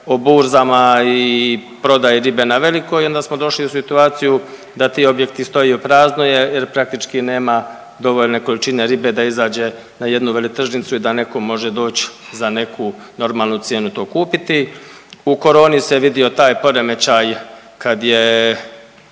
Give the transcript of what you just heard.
o burzama i prodaji ribe na veliko i onda smo došli u situaciju da ti objekti stojiju prazno jer praktički nema dovoljne količine ribe da izađe na jednu veletržnicu i da neko može doći za neku normalnu cijenu to kupiti. U koroni se vidio taj poremećaj kad je